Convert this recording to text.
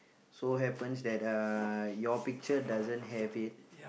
so happens that uh your picture doesn't have it